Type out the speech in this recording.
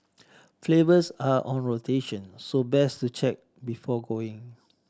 flavours are on rotation so best to check before going